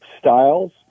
styles